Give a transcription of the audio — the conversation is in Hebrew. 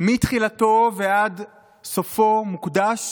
מתחילתו ועד סופו, מוקדש